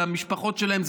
למשפחות שלהם,